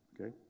okay